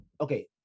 okay